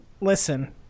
Listen